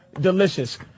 delicious